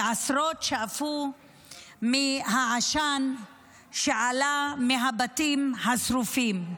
ועשרות שאפו עשן שעלה מהבתים השרופים.